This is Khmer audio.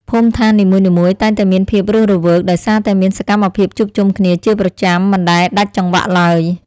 ភូមិដ្ឋាននីមួយៗតែងតែមានភាពរស់រវើកដោយសារតែមានសកម្មភាពជួបជុំគ្នាជាប្រចាំមិនដែលដាច់ចង្វាក់ឡើយ។